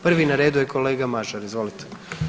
Prvi na redu je kolega Mažar, izvolite.